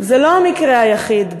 זה לא המקרה היחיד,